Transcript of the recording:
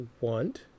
want